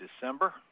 December